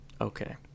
Okay